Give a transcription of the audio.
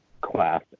class